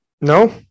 No